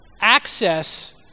access